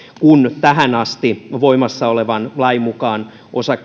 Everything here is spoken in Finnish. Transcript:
kun tähän asti voimassa olevan lain mukaan